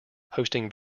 hosting